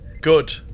Good